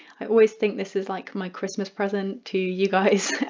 i always think this is like my christmas present to you guys